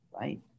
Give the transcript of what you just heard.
right